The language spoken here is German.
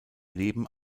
leben